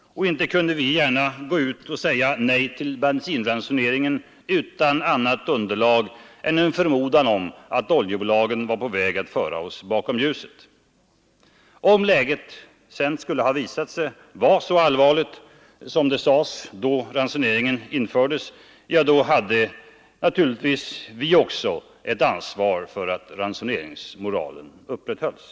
Inte kunde vi gärna gå ut och säga nej till en bensinransonering utan annat underlag än en förmodan om att oljebolagen var på väg att föra oss bakom ljuset. Om läget sedan skulle ha visat sig vara så allvarligt som det sades då ransoneringen infördes, hade naturligtvis vi också ett ansvar för att ransoneringsmoralen upprätthölls.